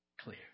clear